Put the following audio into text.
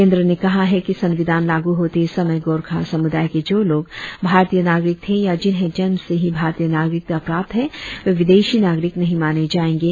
केंद्र ने कहा है कि संविधान लागू होते समय गोरखा समुदाय के जो लोग भारतीय नागरिक थे या जिन्हें जन्म से ही भारतीय नागरिकता प्राप्त है वे विदेशी नागरिक नहीं माने जाएंगे